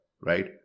right